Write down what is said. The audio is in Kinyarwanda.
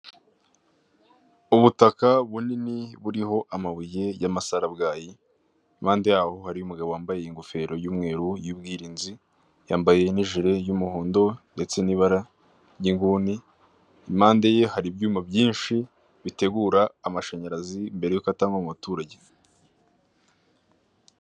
Umutaka munini uriho amabuye y'amasarabwayi, impande yaho hariho umugabo wambaye ingofero y'umweru y'ubwirinzi, yambaye n'ijire y'umuhondo ndetse n'ibara ry'inguni, impande hari ibyuma byinshi bitegura amashanyarazi mbere y'uko atangwa mu baturage.